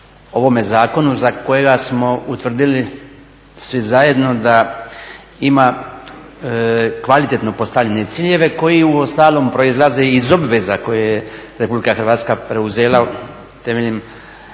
ovome zakonu za kojega smo utvrdili svi zajedno da ima kvalitetno postavljene ciljeve koji uostalom proizlaze iz obveza koje je Republika Hrvatska preuzela temeljem